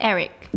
Eric